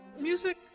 Music